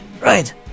Right